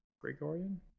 Gregorian